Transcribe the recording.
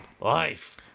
life